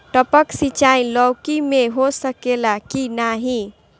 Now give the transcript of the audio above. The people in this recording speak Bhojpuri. टपक सिंचाई लौकी में हो सकेला की नाही?